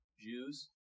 Jews